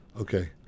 Okay